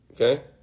Okay